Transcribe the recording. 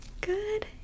Good